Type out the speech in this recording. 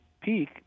peak